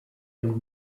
and